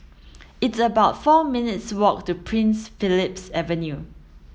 it's about four minutes' walk to Prince Philip Avenue